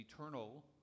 eternal